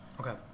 Okay